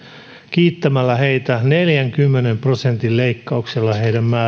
kiittämällä heitä neljänkymmenen prosentin leikkauksella heidän määrärahoihinsa